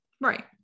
right